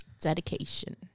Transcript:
Dedication